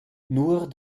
nur